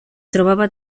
trobava